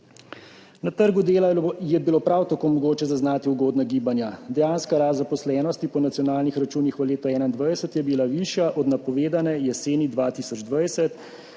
Na trgu dela je bilo prav tako mogoče zaznati ugodna gibanja. Dejanska rast zaposlenosti po nacionalnih računih v letu 2021 je bila višja od napovedane jeseni 2020,